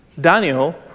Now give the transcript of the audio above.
Daniel